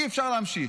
אי-אפשר להמשיך.